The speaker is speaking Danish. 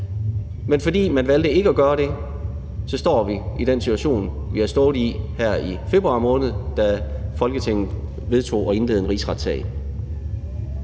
Men fordi man valgte ikke at gøre det, står vi i den situation, vi har stået i her i februar måned, da Folketinget vedtog at indlede en rigsretssag.